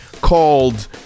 called